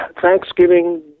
Thanksgiving